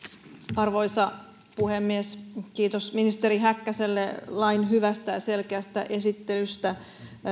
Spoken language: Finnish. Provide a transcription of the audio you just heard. arvoisa puhemies kiitos ministeri häkkäselle lain hyvästä selkeästä esittelystä